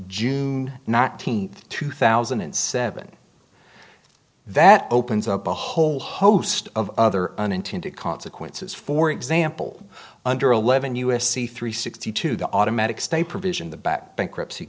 june not teen two thousand and seven that opens up a whole host of other unintended consequences for example under eleven us c three sixty two the automatic stay provision the back bankruptcy